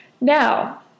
Now